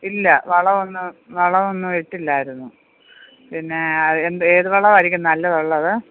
ഇല്ല വളവൊന്നും വളവൊന്നും ഇട്ടില്ലാരുന്നു പിന്നെ എന്ത് ഏത് വളവായിരിക്കും നല്ലതുള്ളത്